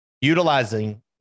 utilizing